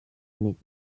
mit